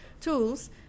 tools